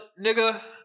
nigga